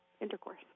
intercourse